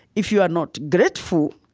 if you are not grateful,